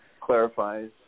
clarifies